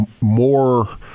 more